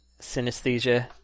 synesthesia